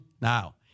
now